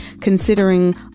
considering